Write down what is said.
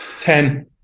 ten